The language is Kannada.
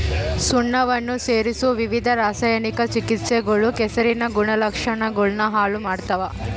ಸುಣ್ಣವನ್ನ ಸೇರಿಸೊ ವಿವಿಧ ರಾಸಾಯನಿಕ ಚಿಕಿತ್ಸೆಗಳು ಕೆಸರಿನ ಗುಣಲಕ್ಷಣಗುಳ್ನ ಹಾಳು ಮಾಡ್ತವ